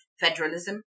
federalism